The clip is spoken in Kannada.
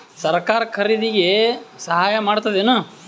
ಸರಕಾರ ಖರೀದಿಗೆ ಸಹಾಯ ಮಾಡ್ತದೇನು?